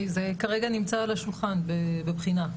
זה כרגע נמצא על השולחן בבחינה.